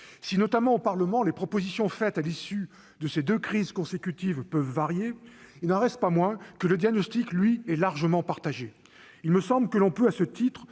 Si, notamment au Parlement, les propositions faites à l'issue de ces deux crises consécutives peuvent varier, il n'en reste pas moins que le diagnostic, lui, est largement partagé. Il me semble que l'on peut à ce titre